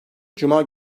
cuma